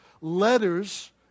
letters